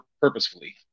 purposefully